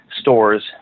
stores